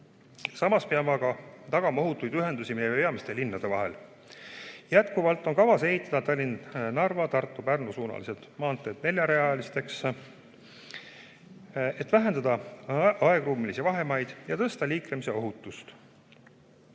Samas peame aga tagama ohutud ühendused meie peamiste linnade vahel. Jätkuvalt on kavas ehitada Tallinna–Narva- ja Tartu–Pärnu-suunalised maanteed neljarealiseks, et vähendada aegruumilisi vahemaid ja suurendada liiklemise ohutust.